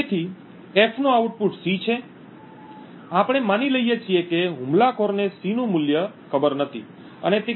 તેથી F નું output C છે આપણે માની લઈએ છીએ કે હુમલાખોરને C નું મૂલ્ય ખબર નથી અને તે K